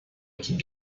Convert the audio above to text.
équipe